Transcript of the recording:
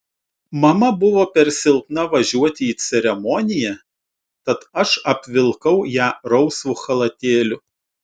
mama buvo per silpna važiuoti į ceremoniją tad aš apvilkau ją rausvu chalatėliu